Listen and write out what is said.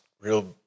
real